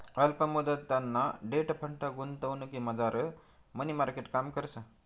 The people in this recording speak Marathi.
अल्प मुदतना डेट फंड गुंतवणुकमझार मनी मार्केट काम करस